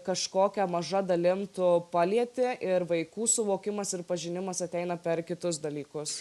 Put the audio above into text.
kažkokia maža dalim tu palieti ir vaikų suvokimas ir pažinimas ateina per kitus dalykus